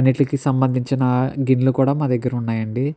అన్నిటికీ సంబంధించిన గిన్నెలు కూడా మా దగ్గర ఉన్నాయి అండి